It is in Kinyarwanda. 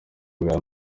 bwa